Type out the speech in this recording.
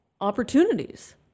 opportunities